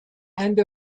and